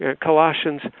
Colossians